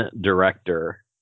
director